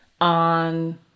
on